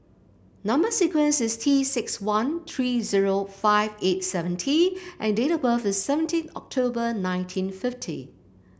number sequence is T six one three zero five eight seven T and date of birth is seventeen October nineteen fifty